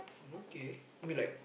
okay I mean like